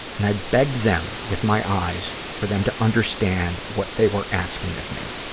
and i begged them with my eyes for them to understand what they were asking of me.